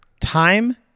Time